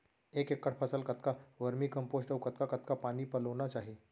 एक एकड़ फसल कतका वर्मीकम्पोस्ट अऊ कतका कतका पानी पलोना चाही?